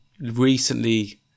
recently